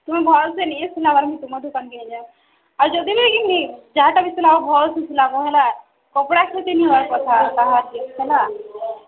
ତୁମେ ଭଲ୍ସେ ନିଏ ସିଲାବା ମୁଇଁ ତୁମର୍ ଦୁକାନ୍କେ ନେଇଯାଏଁ ଆଉ ଯଦି ବି କି ନି ଆଉ ଯାହାର୍ଟା ବି ସିଲାବ ଭଲ୍ସେ ସିଲାବ ହେଲା କପ୍ଡ଼ା କ୍ଷତି ନି ହେବାର୍ କଥା କାହାର୍ ବି ହେଲା